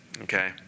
Okay